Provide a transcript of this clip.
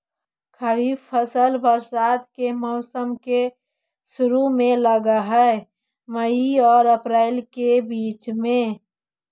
खरीफ फसल बरसात के मौसम के शुरु में लग हे, मई आऊ अपरील के बीच में